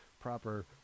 proper